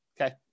okay